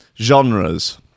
genres